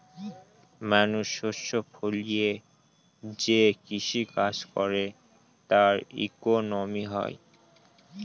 মানুষ শস্য ফলিয়ে যে কৃষি কাজ করে তার ইকোনমি হয়